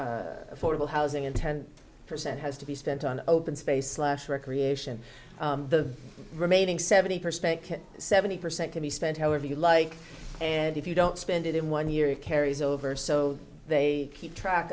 affordable housing and ten percent has to be spent on open space slash recreation the remaining seventy perspective seventy percent can be spent however you like and if you don't spend it in one year it carries over so they keep track